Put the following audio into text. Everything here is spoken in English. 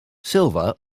silver